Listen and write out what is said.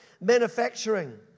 Manufacturing